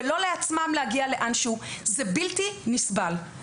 ולא לעצמם להגיע לאנשהו זה בלתי נסבל.